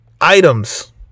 items